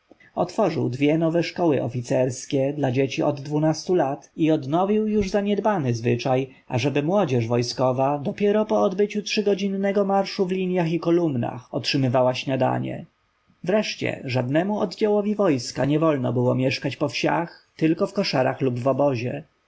otworzył dwie nowe szkoły oficerskie dla dzieci od dwunastu lat i odnowił już zaniedbany zwyczaj ażeby młodzież wojskowa dopiero po odbyciu trzygodzinnego marszu w linjach i kolumnach otrzymywała śniadanie wreszcie żadnemu oddziałowi wojska nie wolno było mieszkać po wsiach ale w koszarach lub w